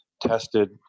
tested